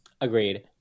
Agreed